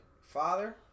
father